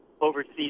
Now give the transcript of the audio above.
overseas